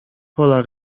pola